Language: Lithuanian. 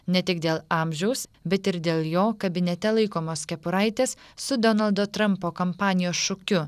ne tik dėl amžiaus bet ir dėl jo kabinete laikomos kepuraitės su donaldo trampo kampanijos šūkiu